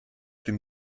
dem